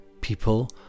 people